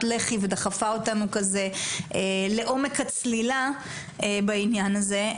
לחי ודחפה אותנו לעומק הצלילה בענין הזה,